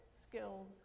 skills